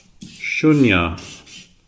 Shunya